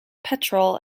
petrol